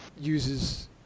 uses